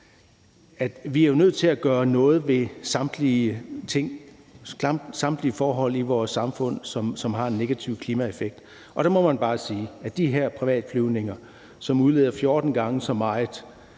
vi er nødt til at gøre noget ved samtlige forhold i vores samfund, som har en negativ klimaeffekt, og der må man bare sige, at de her privatflyvninger udleder 14 gange så meget